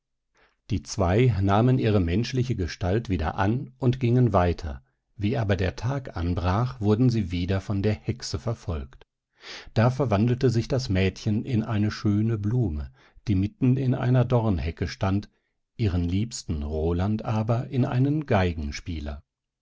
die zwei nahmen ihre menschliche gestalt wieder an und gingen weiter wie aber der tag anbrach wurden sie wieder von der hexe verfolgt da verwandelte sich das mädchen in eine schöne blume die mitten in einer dornhecke stand ihren liebsten roland aber in einen